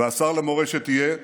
והשר למורשת יהיה